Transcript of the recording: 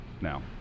now